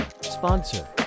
sponsor